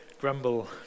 grumble